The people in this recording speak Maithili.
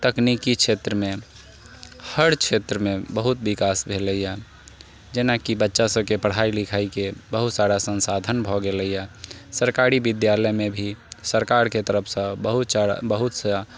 तकनीकी क्षेत्रमे हर क्षेत्रमे बहुत विकास भेलैया जेनाकि बच्चा सभके पढ़ाइ लिखाइके बहुत सारा सन्साधन भऽ गेलैया सरकारी विद्यालयमे भी सरकारके तरफसँ बहुत सा